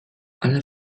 alla